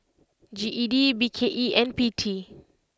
G E D B K E and P T